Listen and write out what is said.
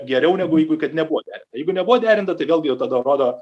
geriau negu jeigu kad nebuvo derinta jeigu nebuvo derinta tai vėlgi tada rodo